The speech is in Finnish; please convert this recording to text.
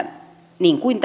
niin kuin